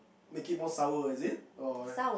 make it more sour is it or